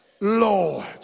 Lord